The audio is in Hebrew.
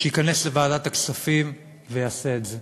שייכנס לוועדת הכספים ויעשה את זה.